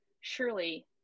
surely